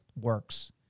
works